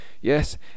Yes